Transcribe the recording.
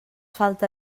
falta